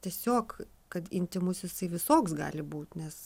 tiesiog kad intymus jisai visoks gali būt nes